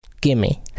Gimme